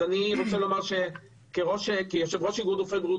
אז אני רוצה לומר כיושב-ראש איגוד רופאי בריאות